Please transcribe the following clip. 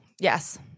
yes